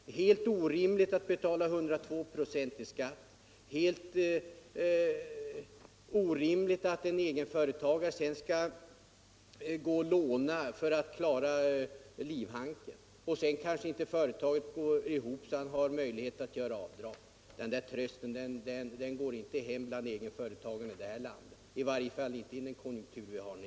Det är helt orimligt att behöva betala 102 96 i skatt, och det är orimligt att en egenföretagare skall behöva låna pengar för att kunna klara livhanken, kanske för att sedan finna att företaget inte gått ihop så att han har möjlighet att göra avdrag. Sådant går inte hem bland egenföretagarna i det här landet, i varje fall inte i den konjunktur vi har nu.